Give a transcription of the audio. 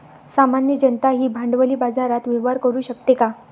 सामान्य जनताही भांडवली बाजारात व्यवहार करू शकते का?